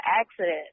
accident